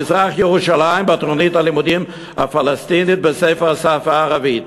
הליבה של מזרח-ירושלים בתוכנית הלימודים הפלסטינית בספר "השפה הערבית".